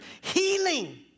healing